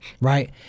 right